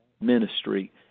ministry